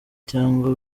cyangwa